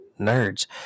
nerds